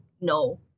no